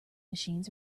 machines